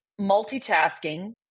multitasking